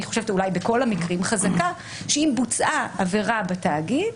אני חושבת שאולי בכל המקרים חזקה שאם בוצעה עבירה בתאגיד,